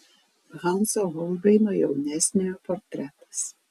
hanso holbeino jaunesniojo portretas